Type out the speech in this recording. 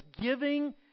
giving